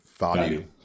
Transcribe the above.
value